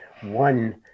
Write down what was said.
One